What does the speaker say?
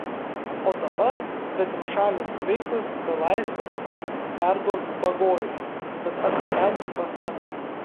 o dabar svetimšalius graikus belaisvius perduok bagojui kad atgabentų pas mane